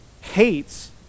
hates